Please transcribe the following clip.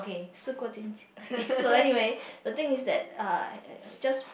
okay so anyway the thing is that uh just